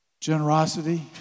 Generosity